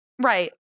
Right